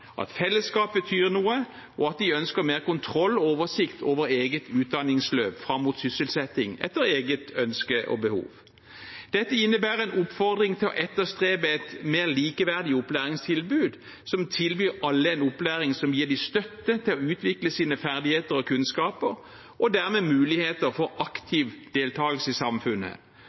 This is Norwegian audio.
at fellesskap betyr noe, og at de ønsker mer kontroll og oversikt over eget utdanningsløp fram mot sysselsetting etter eget ønske og behov. Dette innebærer en oppfordring til å etterstrebe et mer likeverdig opplæringstilbud som tilbyr alle en opplæring som gir dem støtte til å utvikle sine ferdigheter og kunnskaper, og dermed muligheter for aktiv deltagelse i samfunnet